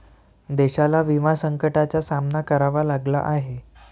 देशाला विमा संकटाचा सामना करावा लागला आहे